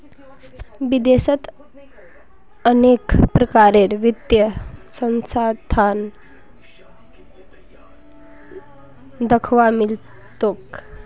विदेशत अनेक प्रकारेर वित्तीय संस्थान दख्वा मिल तोक